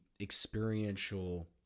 experiential